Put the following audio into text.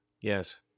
Yes